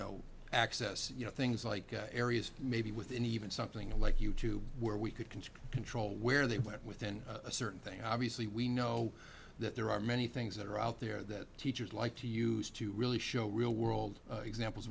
know access you know things like areas maybe within even something like you tube where we could control control where they went within a certain thing obviously we know that there are many things that are out there that teachers like to use to really show real world examples